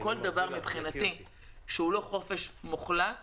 מבחינתי כל דבר שהוא לא חופש מוחלט